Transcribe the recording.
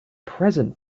present